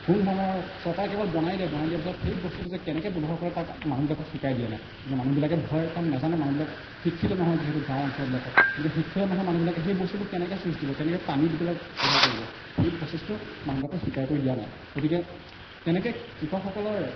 কোনো ধৰণৰ চৰকাৰে কেৱল বনাই দিয়ে বনাই দিয়াৰ পিছত সেই বস্তুটো যে কেনেকে ব্যৱহাৰ কৰে তাক মানুহবিলাকক শিকাই দিয়া নাই গতিকে মানুহবিলাকে ভয় কাৰণ নাজানে মানুহবিলাক শিক্ষিত নহয় যিহেতু গাঁও অঞ্চলবিলাকত গতিকে শিক্ষিত নোহোৱা মানুহবিলাকে সেই বস্তুটো কেনেকে ছুইচ দিব কেনেকে পানী দি পেলাই ব্যৱহাৰ কৰিব সেই প্ৰচেছটো মানুহবিলাকক শিকাই কৰি দিয়া নাই গতিকে তেনেকে কৃষকসকলৰ